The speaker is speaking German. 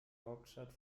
hauptstadt